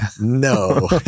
No